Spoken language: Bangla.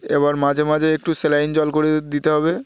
এবার মাঝে মাঝে একটু সেলাইন জল করে দিতে হবে